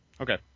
Okay